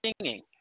singing